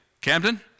Camden